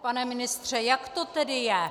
Pane ministře, jak to tedy je?